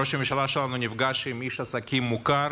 ראש הממשלה שלנו נפגש עם איש עסקים מוכר